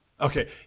Okay